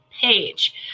page